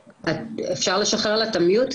אפשר לשחרר לה את ה'מיוט'?